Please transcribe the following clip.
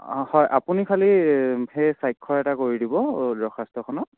অঁ হয় আপুনি খালী সেই স্বাক্ষৰ এটা কৰি দিব দৰখাস্তখনত